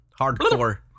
hardcore